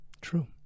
True